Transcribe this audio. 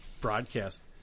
broadcast